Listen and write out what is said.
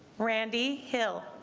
randy hill